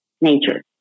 nature